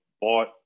bought